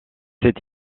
cette